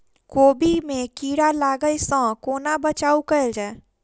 कोबी मे कीड़ा लागै सअ कोना बचाऊ कैल जाएँ?